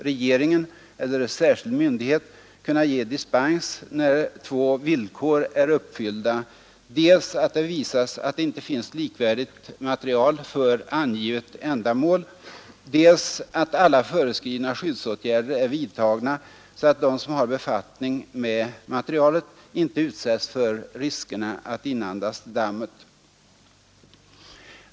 Då kild myndighet kunna ge dispens när två villkor är uppfyllda, dels att det visas att det inte finns likvärdigt material för ett angivet ändamål, dels att alla föreskrivna skyddsåtgärder är vidtagna så att de som har befattning med materialet inte utsätts för riskerna att inandas dammet.